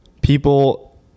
people